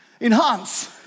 Enhance